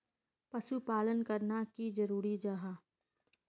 पशुपालन करना की जरूरी जाहा?